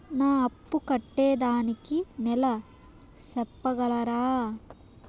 నా అప్పు కట్టేదానికి నెల సెప్పగలరా?